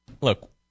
look